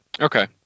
Okay